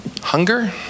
hunger